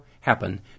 happen